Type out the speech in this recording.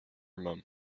mum